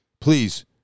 please